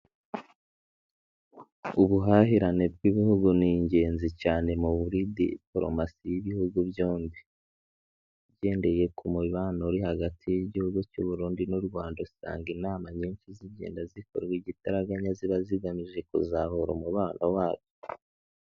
Ubuhahirane bw'ibihugu ni ingenzi cyane mu buri diporomasi y'ibihugu byombi. Ugendeye ku mubano uri hagati y'igihugu cy'u Burundi n'u Rwanda, usanga inama nyinshi zigenda zikorwa igitaraganya, ziba zigamije kuzahura umubano wabo.